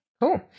Cool